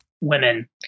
women